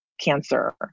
cancer